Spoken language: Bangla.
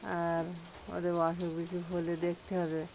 আর ওদের অসুখ বিসুখ হলে দেখতে হবে